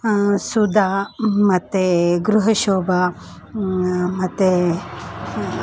ಸುಧಾ ಮತ್ತು ಗೃಹಶೋಭ ಮತ್ತು